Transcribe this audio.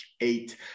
eight